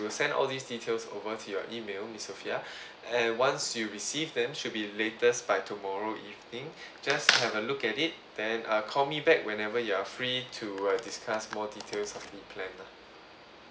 will send all these details over to your email miss sophia and once you receive them should be latest by tomorrow evening just have a look at it then uh call me back whenever you are free to uh discuss more details of the plan lah